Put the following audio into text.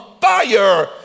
fire